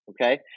Okay